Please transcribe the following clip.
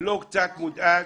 לא קצת מודאג.